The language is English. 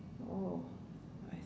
oh I